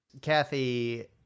kathy